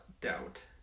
doubt